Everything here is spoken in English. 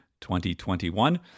2021